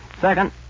Second